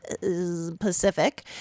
Pacific